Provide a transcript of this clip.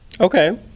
Okay